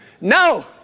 no